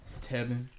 Tevin